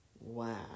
Wow